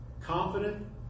Confident